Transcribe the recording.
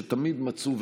שתמיד מצאו,